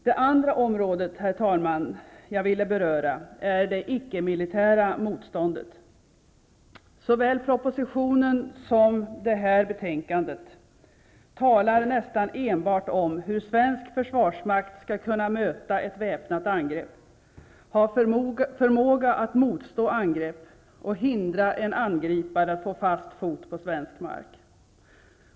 Det andra området jag vill beröra, herr talman, är det icke-militära motståndet. Såväl propositionen som betänkandet talar nästan enbart om hur svensk försvarsmakt skall kunna möta ett väpnat angrepp, ha förmåga att motstå angrepp och hindra en angripare att få fast fot på svensk mark.